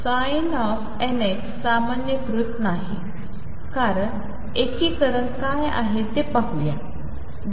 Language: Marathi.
तर sin nx सामान्यीकृत नाही कारण एकीकरण काय आहे ते पाहूया